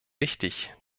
wichtig